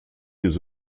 tes